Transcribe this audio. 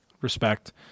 Respect